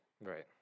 Right